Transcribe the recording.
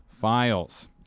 files